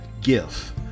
gift